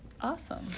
Awesome